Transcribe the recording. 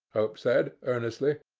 hope said, earnestly.